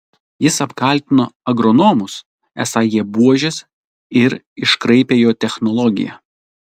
jis apkaltino agronomus esą jie buožės ir iškraipę jo technologiją